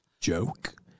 joke